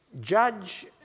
Judge